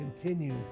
continue